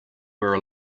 were